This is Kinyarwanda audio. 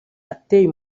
ateye